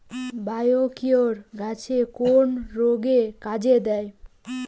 Biocure গাছের কোন রোগে কাজেদেয়?